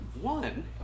One